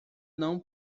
não